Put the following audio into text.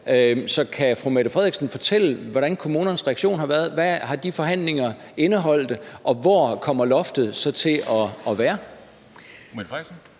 Så kan fru Mette Frederiksen fortælle, hvordan kommunernes reaktion har været? Hvad har de forhandlinger indeholdt, og hvor kommer loftet så til at være?